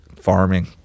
farming